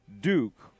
Duke